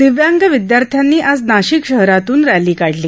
दिव्यांग विदयार्थ्यांनी आज नाशिक शहरातून रॅली काढली